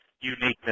uniqueness